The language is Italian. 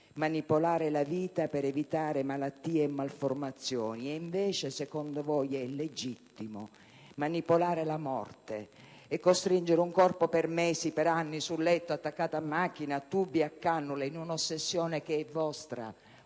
manipolare la vita per evitare malattie e malformazioni e, invece, secondo voi è legittimo manipolare la morte e costringere un corpo per mesi e anni su un letto, attaccato a macchine, a tubi e a cannule in un'ossessione che è vostra,